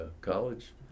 college